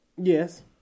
Yes